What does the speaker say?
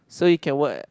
so you can work